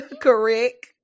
correct